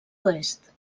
oest